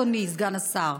אדוני סגן השר.